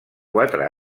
quatre